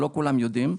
לא כולם יודעים,